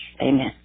Amen